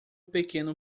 pequeno